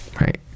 Right